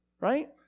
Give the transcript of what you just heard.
right